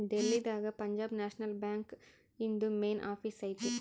ಡೆಲ್ಲಿ ದಾಗ Punjab national bank ಇಂದು main office ಐತಿ